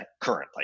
currently